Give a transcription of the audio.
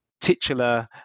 titular